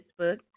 Facebook